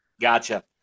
Gotcha